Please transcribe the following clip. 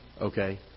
Okay